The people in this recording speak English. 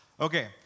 Okay